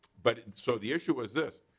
but so the issue was this